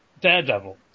Daredevil